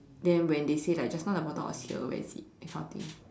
then when they say like just now the bottle was here where is it that kind of thing